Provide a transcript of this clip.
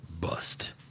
Bust